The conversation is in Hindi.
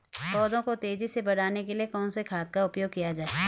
पौधों को तेजी से बढ़ाने के लिए कौन से खाद का उपयोग किया जाए?